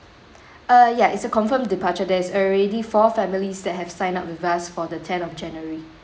uh ya it's a confirmed departure there is already four families that have sign up with us for the ten of january